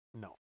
No